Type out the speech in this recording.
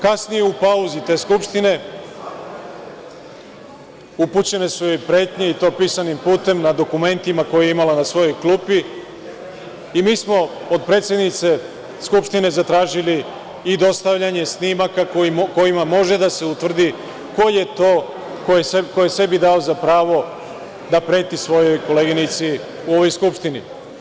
Kasnije, u pauzi te Skupštine, upućene su joj pretnje, i to pisanim putem na dokumentima koje je imala na svojoj klupi i mi smo od predsednice Skupštine zatražili i dostavljanje snimaka kojima može da se utvrdi ko je taj koji je sebi dao za pravo da preti koleginici u ovoj Skupštini.